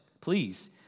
please